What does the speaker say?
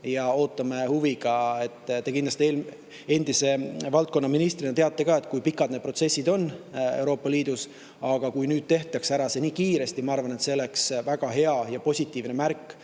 ja ootame huviga. Te kindlasti endise valdkonnaministrina teate ka, kui pikad need protsessid Euroopa Liidus on. Aga kui nüüd tehakse see ära nii kiiresti, siis minu arvates see oleks väga hea ja positiivne märk